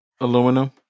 Aluminum